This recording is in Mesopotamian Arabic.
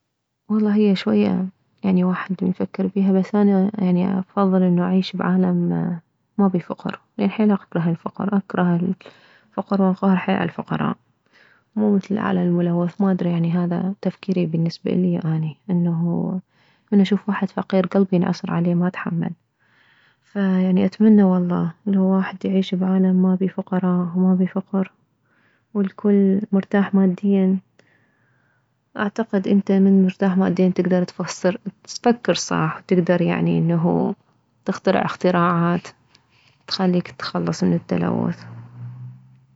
والله هي شوية يعني واحد من يفكر بيها بس اني يعني افضل انه اعيش بعالم ما بيه فقر لا ن حيل اكره الفقر اكره الفقر وانقهر حيل عالفقراء مو مثل العالم الملوث ما ادري يعني هذا تفكيري بالنسبة اليه اني انه من اشوف واحد فقير كلبي ينعصر عليه ما اتحمل فيعني اتمنى والله لو واحد يعيش بعالم مابيه فقراء ما بيه فقر والكل مرتاح ماديا اعتقد انت من مرتاح ماديا تكدر تفسر تفكر صح تكدر يعني انه تخترع اختراعات تخليك تخلص من التلوث